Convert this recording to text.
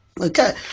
Okay